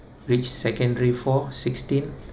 reach secondary four sixteen